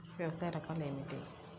వ్యవసాయ రకాలు ఏమిటి?